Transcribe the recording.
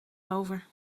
over